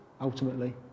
ultimately